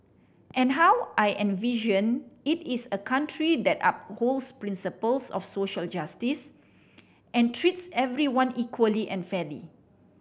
and how I envision it is a country that upholds principles of social justice and treats everyone equally and fairly